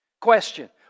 Question